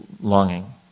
longing